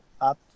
up